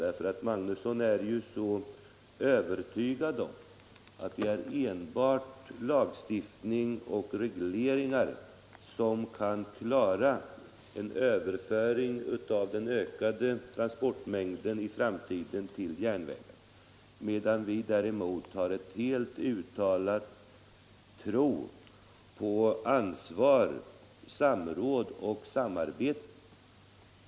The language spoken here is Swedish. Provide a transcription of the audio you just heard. Herr Magnusson är ju så övertygad om att det är enbart lagstiftning och regleringar som kan klara en överföring av den ökade transportmängden i framtiden till järnvägar, medan vi däremot har en uttalad tro på ansvar, samråd och samarbete.